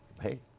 hey